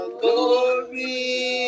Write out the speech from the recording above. glory